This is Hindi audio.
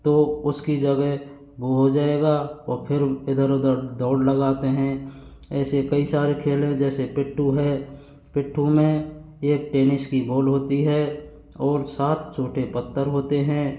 तो उसकी जगह वो हो जाएगा और फिर इधर उधर दोड़ लगाते हैं ऐसे कई सारे खेलें जैसे पिट्टू है पीट्ठू में एक टेनिस की बोल होती है और सात छोटे पत्थर होते हैं